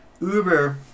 Uber